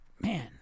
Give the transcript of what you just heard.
Man